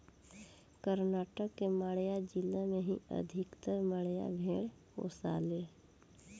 कर्नाटक के मांड्या जिला में ही अधिकतर मंड्या भेड़ पोसाले